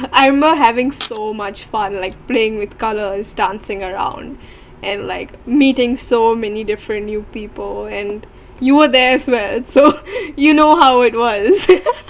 I remember having so much fun like playing with colors dancing around and like meeting so many different new people and you were there as well so you know how it was